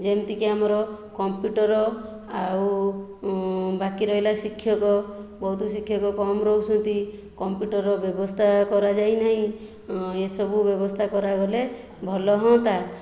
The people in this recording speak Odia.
ଯେମିତିକି ଆମର କମ୍ପୁଟର ଆଉ ବାକି ରହିଲା ଶିକ୍ଷକ ବହୁତ ଶିକ୍ଷକ କମ୍ ରହୁଛନ୍ତି କମ୍ପୁଟରର ବ୍ୟବସ୍ଥା କରାଯାଇ ନାହିଁ ଏସବୁ ବ୍ୟବସ୍ଥା କରାଗଲେ ଭଲ ହୁଅନ୍ତା